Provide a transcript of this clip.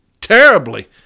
terribly